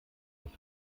ist